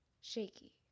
Shaky